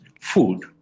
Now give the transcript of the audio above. food